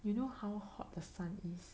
you know how hot the sun is